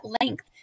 length